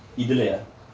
இதுலேயா:ithulaeyaa